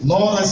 Lord